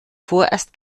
vorerst